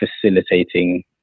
facilitating